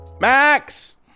Max